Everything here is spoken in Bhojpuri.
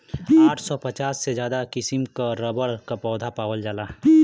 आठ सौ पचास से ज्यादा किसिम क रबर क पौधा पावल जाला